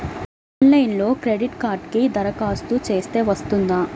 ఆన్లైన్లో క్రెడిట్ కార్డ్కి దరఖాస్తు చేస్తే వస్తుందా?